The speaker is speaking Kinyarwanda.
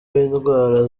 w’indwara